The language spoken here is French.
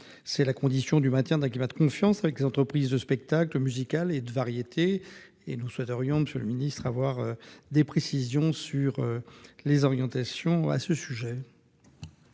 C'est la condition du maintien d'un climat de confiance avec les entreprises de spectacle musical et de variétés. Nous souhaiterions, monsieur le ministre, avoir des précisions sur ce sujet.